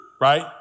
right